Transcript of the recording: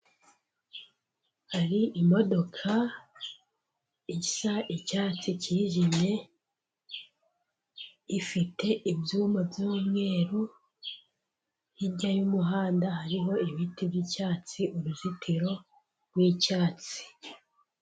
Hari imodoka isa icyatsi cyijimye, ifite ibyuma by'umweru, hirya y'umuhanda hariho ibiti by'icyatsi, uruzitiro rw'icyatsi.